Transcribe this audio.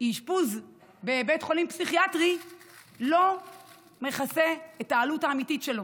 אשפוז בבית חולים פסיכיאטרי לא מכסה את העלות האמיתית שלו.